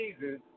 Jesus